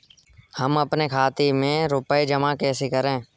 हम अपने खाते में रुपए जमा कैसे करें?